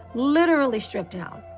literally strip down.